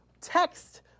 text